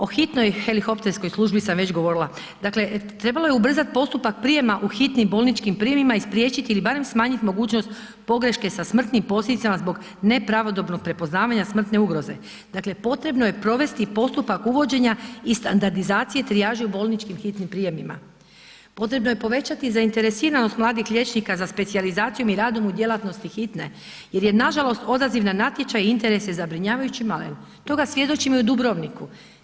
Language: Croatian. O hitnoj helikopterskoj službi sam već govorila, dakle trebalo je ubrzat postupak prijema u hitnim bolničkim prijemima i spriječiti ili barem smanjiti mogućnost pogreške sa smrtnim posljedicama zbog nepravodobnog prepoznavanja smrtne ugroze, dakle potrebno je provesti postupak uvođenja i standardizacije trijaže u bolničkim hitnim prijemima, potrebno je povećati zainteresiranost mladih liječnika za specijalizacijom i radom u djelatnosti hitne jer je nažalost odaziv na natječaj i interes je zabrinjavajući malen, toga svjedočimo i u Dubrovniku.